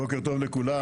בוקר טוב לכולם,